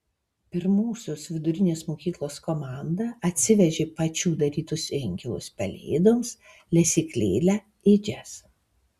pirmosios vidurinės mokyklos komanda atsivežė pačių darytus inkilus pelėdoms lesyklėlę ėdžias